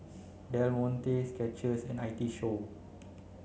Del Monte Skechers and I T Show